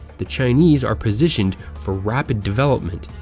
the chinese are positioned for rapid development.